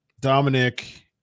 Dominic